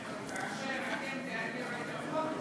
כאשר אתם תעבירו את החוק,